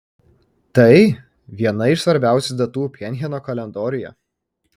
tai viena iš svarbiausių datų pchenjano kalendoriuje